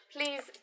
Please